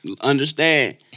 understand